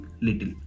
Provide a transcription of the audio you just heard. little